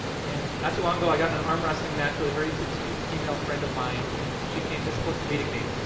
and not too long ago, i got in an arm wrestling match with a very petite female friend of mine and she came this close to beating me.